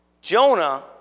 Jonah